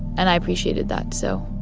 and i appreciated that. so.